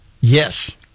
yes